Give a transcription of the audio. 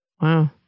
Wow